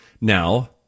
Now